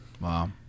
Wow